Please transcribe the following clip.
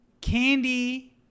Candy